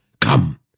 Come